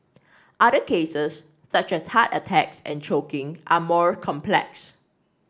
other cases such as heart attacks and choking are more complex